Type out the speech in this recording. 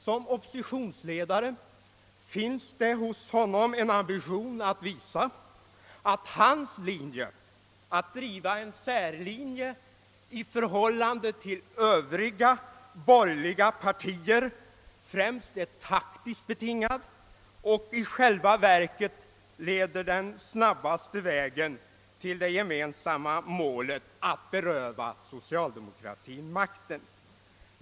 Det finns hos honom som oppositionsledare en ambition att visa, att hans linje att företräda särståndpunkter i förhållande till övriga borgerliga partier främst är taktiskt betingad och i själva verket leder den snabbaste vägen till det gemensamma målet: att beröva socialdemokratin makten.